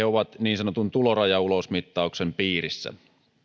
ovat niin sanotun tulorajaulosmittauksen piirissä